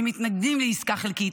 שמתנגדים לעסקה חלקית.